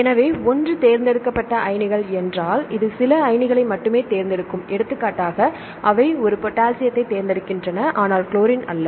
எனவே ஒன்று தேர்ந்தெடுக்கப்பட்ட அயனிகள் என்றால் இது சில அயனிகளை மட்டுமே தேர்ந்தெடுக்கும் எடுத்துக்காட்டாக அவை ஒரு பொட்டாசியத்தைத் தேர்ந்தெடுக்கின்றன ஆனால் குளோரின் அல்ல